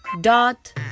Dot